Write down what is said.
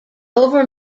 over